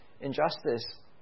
injustice